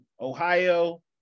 Ohio